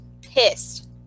pissed